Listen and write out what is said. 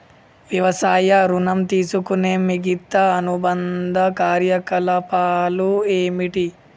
వ్యవసాయ ఋణం తీసుకునే మిగితా అనుబంధ కార్యకలాపాలు ఏమిటి?